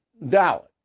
valid